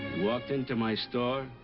walked into my store.